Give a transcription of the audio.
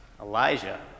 Elijah